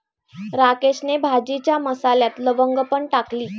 राकेशने भाजीच्या मसाल्यात लवंग पण टाकली